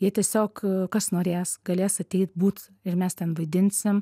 jie tiesiog kas norės galės ateit būt ir mes ten vaidinsim